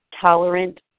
tolerant